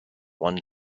one